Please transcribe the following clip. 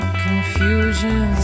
confusion